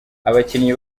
abakinnyi